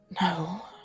No